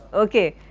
ok.